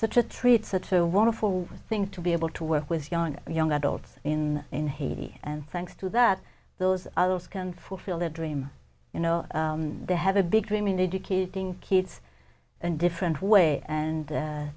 such a treat such a wonderful thing to be able to work with young and young adults in in haiti and thanks to that those others can fulfill their dream you know they have a big dream in educating kids and different way and